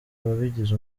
wabigize